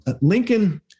Lincoln